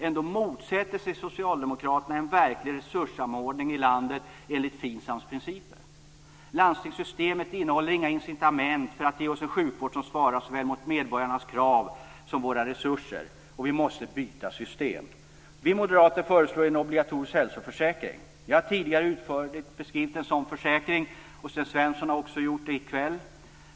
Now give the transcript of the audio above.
Ändå motsätter sig Socialdemokraterna en verklig resurssamordning i hela landet efter Landstingssystemet innehåller inga incitament för att ge oss en sjukvård som svarar mot såväl medborgarnas krav som våra resurser. Vi måste byta system. Vi moderater föreslår en obligatorisk hälsoförsäkring. Jag har tidigare utförligt beskrivit en sådan försäkring. Det har också Sten Svensson gjort här i kväll.